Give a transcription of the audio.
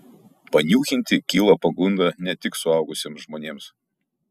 paniūchinti kyla pagunda ne tik suaugusiems žmonėms